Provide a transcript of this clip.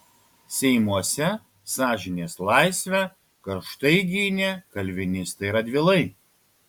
seimuose sąžinės laisvę karštai gynė kalvinistai radvilai